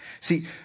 See